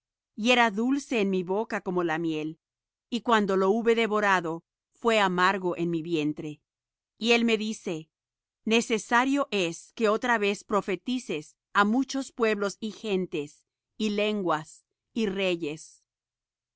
y era dulce en mi boca como la miel y cuando lo hube devorado fué amargo mi vientre y él me dice necesario es que otra vez profetices á muchos pueblos y gentes y lenguas y reyes